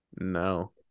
No